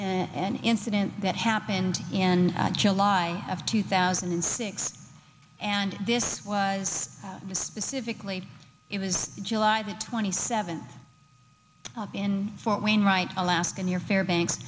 an incident that happened in july of two thousand and six and this was the specifically it was july the twenty seventh up in fort wainwright alaska near fairbanks